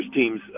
teams